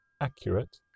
accurate